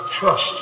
trust